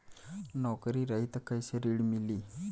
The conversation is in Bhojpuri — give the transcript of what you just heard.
नौकरी रही त कैसे ऋण मिली?